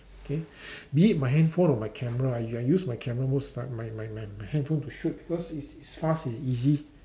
K be it my handphone or my camera I I use my camera most of the time my my my my handphone to shoot because it's it's fast and easy